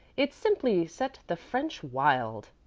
it simply set the french wild.